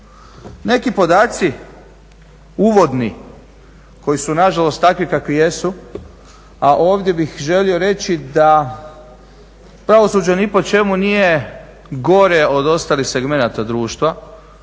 Neki podaci uvodni koji su nažalost takvi kakvi jesu, a ovdje bih želio reći da pravosuđe ni po čemu nije gore od ostalih segmenta društva.